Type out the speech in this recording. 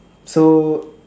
so